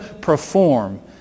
perform